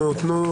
עד שהיא תעלה,